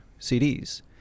CDs